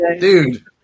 Dude